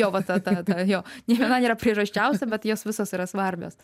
jo va ta ta ta jo nė viena nėra priežasčiausia bet jos visos yra svarbios